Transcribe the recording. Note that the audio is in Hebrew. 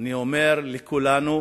אני אומר לכולנו,